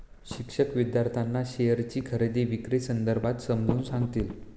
शिक्षक विद्यार्थ्यांना शेअरची खरेदी विक्री संदर्भात समजावून सांगतील